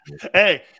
hey